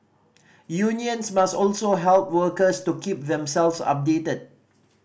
unions must also help workers to keep themselves updated